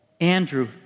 Andrew